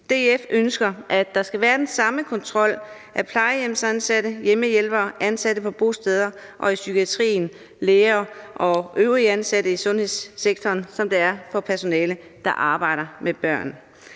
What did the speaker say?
DF ønsker, at der skal være den samme kontrol af plejehjemsansatte, hjemmehjælpere, ansatte på bosteder og i psykiatrien, læger og øvrige ansatte i sundhedssektoren, som der er for personale, der arbejder med børn.